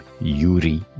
Yuri